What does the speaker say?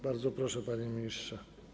Bardzo proszę, panie ministrze.